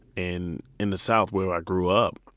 in in the south where i grew up,